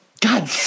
God